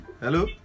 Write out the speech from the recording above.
Hello